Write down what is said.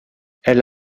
elle